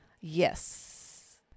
Yes